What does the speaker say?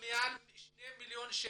משקיעים בצרפת מעל שני מיליון דולר.